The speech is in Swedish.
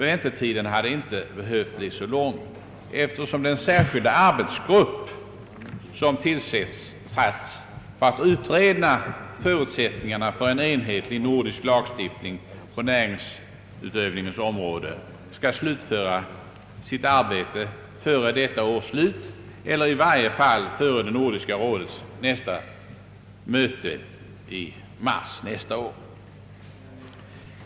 Väntetiden hade inte behövt bli så lång, eftersom den särskilda arbetsgrupp, som tillsatts för att ut reda förutsättningarna för en enhetlig nordisk lagstiftning på näringsutövningens område, skall slutföra sitt arbete före detta års utgång eller i alla händelser före Nordiska rådets möte i mars nästa år.